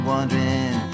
Wondering